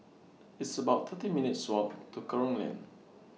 It's about thirty minutes' Walk to Kerong Lane